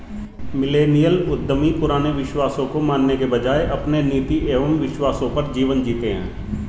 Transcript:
millennial उद्यमी पुराने विश्वासों को मानने के बजाय अपने नीति एंव विश्वासों पर जीवन जीते हैं